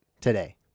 today